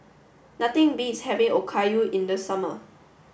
nothing beats having Okayu in the summer